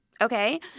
Okay